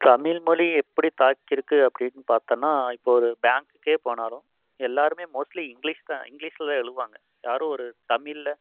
தமிழ்மொழி எப்படி தாக்கிருக்கு அப்படின் பார்த்தனா இப்போ ஒரு பேங்குக்கே போனாலும் எல்லாரும் மோஸ்ட்லீ இங்லீஷ் தான் இங்லீஷில் எழுதுவாங்க யாரும் ஒரு தமிழில்